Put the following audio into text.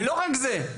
ולא רק זה,